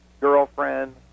girlfriend